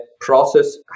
process